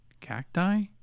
cacti